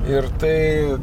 ir tai